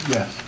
Yes